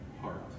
heart